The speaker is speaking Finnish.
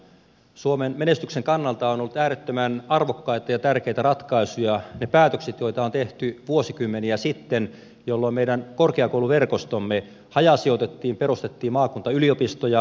suomen menestyksen kannalta ovat olleet äärettömän arvokkaita ja tärkeitä ratkaisuja ne päätökset joita on tehty vuosikymmeniä sitten jolloin meidän korkeakouluverkostomme hajasijoitettiin ja perustettiin maakuntayliopistoja